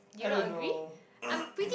I don't know